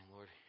Lord